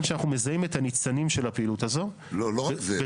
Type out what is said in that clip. שאנחנו מזהים את הניצנים של הפעילות הזו --- לא רק זה.